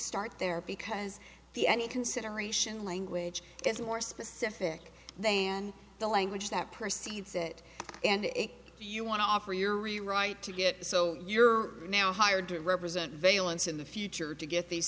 start there because the any consideration language is more specific than the language that perceives it and you want to offer your rewrite to get so you're now hired to represent valence in the future to get these